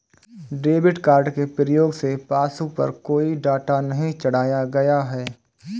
debit card के प्रयोग से पासबुक पर कोई डाटा नहीं चढ़ाया गया है